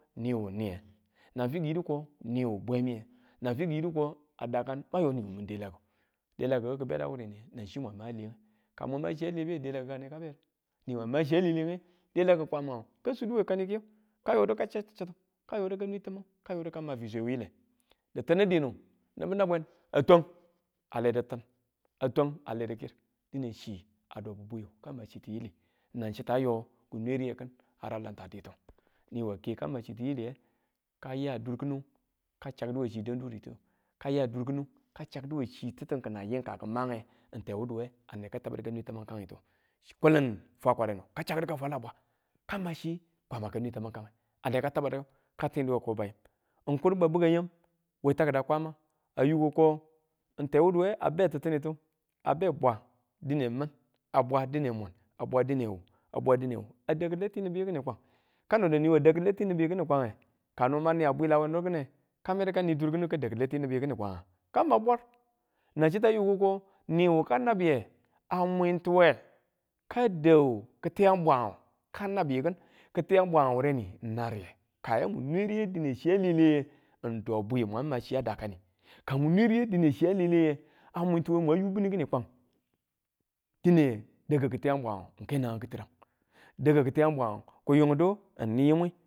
Niwu niye, nan fi kiyiko niwu bwemiye, nan fi ko a daka mang yoni wu min delaku, delakilau beda wureniye nan chi mwang ma a le ka mwang ma chi a lebe delakika a ne ka bede niwa ma chiya alelenge delaku kwamangu ka sudu we kani kiyu ka yodu ka chau chittu ka yodu ka nwe tamang ka yodu ka ma fiswe wuyile ditinu dinu nibu nabwe a twang a le diti̱n dine a twang ale diki̱r shi dine chi a dobu bwiyu nan chi tiyili nang chitta yo kinwe riye kin wa ake ka ma chi tiyiliye, ka ya dur kinu ka chakidu we chi danduritu, kaya dur kinu ka chakiduwe chi titu n kina ying ka ki̱mange ane katabadu kanwe tamang wetu kulun fwakwarenu ka chakkudu ka fwalla bwa kamachi Kwama ka nwe tamange ane ka tabaduka tinduwe ko bayim n kur ba bikang yam we taki̱ba kwama a yiko ko n tewuduwe a be titinitu a be bwa dine min a bwa dine mwin a bwa dine wu a bwa wu a dau kiletiniyu kinu kwange kano ma niya bwila we nirkine ka medu ka ni durkini ka dau kileti nibu kinu kwanga? ka ma bwar nanchitta yiko niwu ka nabbiye a mwintiwe ka dau kitiyang bwang ka nabbiyikin kitiyang bwang wureni n nang riye kayamu nwe riye dine chi a leleye n do bwiyu mwang chiya dakani kamu nwe riye dine chiya leleye, a mwintuwe mwan yu bunu kini kwang dine da̱ku kitiyang bwangu, n ke naang kitirang da̱ki ki tiyang bwangu ku yungdu n ni yimwi.